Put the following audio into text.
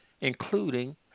including